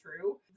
true